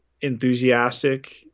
enthusiastic